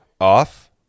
off